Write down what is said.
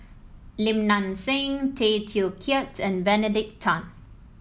Lim Nang Seng Tay Teow Kiat and Benedict Tan